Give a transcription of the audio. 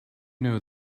know